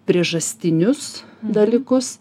priežastinius dalykus